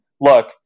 look